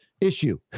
issue